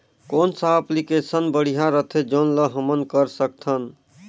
कौन सा एप्लिकेशन बढ़िया रथे जोन ल हमन कर सकथन?